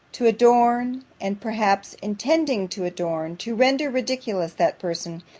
to adorn, and perhaps, intending to adorn, to render ridiculous that person,